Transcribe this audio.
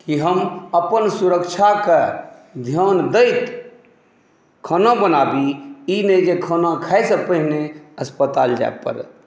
की हम अपन सुरक्षाके धियान दैत खाना बनाबी ई नहि जे खाना खाइसँ पहिने अस्पताल जा पड़ए